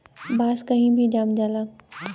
बांस कही भी जाम जाला